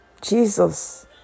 Jesus